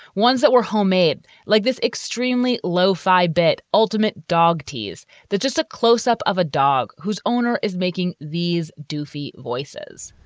ones that were homemade, like this extremely low fi bet, ultimate dog tease that just a close up of a dog whose owner is making these dufy voices.